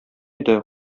иде